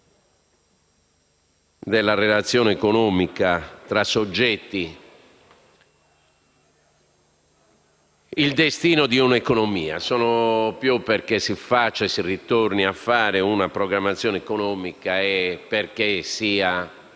della relazione economica tra soggetti il destino di un'economia; sono più perché si ritorni a fare una programmazione economica e perché sia